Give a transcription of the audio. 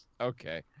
Okay